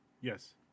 Yes